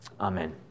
amen